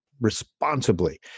responsibly